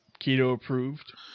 keto-approved